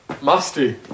Musty